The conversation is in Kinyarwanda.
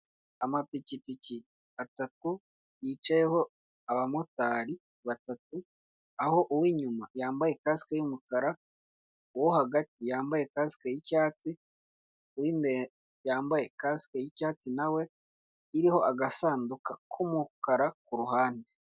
Amapikipiki atatu yicayeho abamotari batatu, aho uw'inyuma yambaye kasike y'umukara, uwo hagati yambaye kasike y'icyatsi, uw'imbere yambaye kasike y'icyatsi na we, iriho agasanduka k'umukara kuruhande.